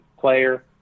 player